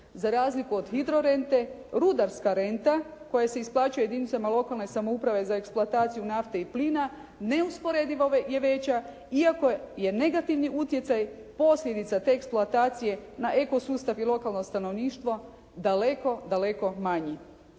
Za razliku od hidro rente, rudarska renta koja se isplaćuje jedinicama lokalne samouprave za eksploataciju nafte i plina neusporediva je veća iako je negativni utjecaj posljedica te eksploatacije na eko sustav i lokalno stanovništvo daleko, daleko manji.